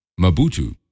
Mabutu